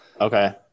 Okay